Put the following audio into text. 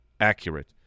accurate